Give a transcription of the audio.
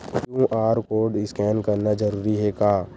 QR code scan करना जरूरी हे का?